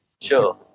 sure